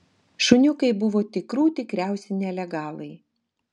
šuniukai buvo tikrų tikriausi nelegalai